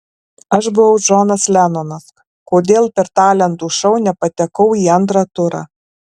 aš buvau džonas lenonas kodėl per talentų šou nepatekau į antrą turą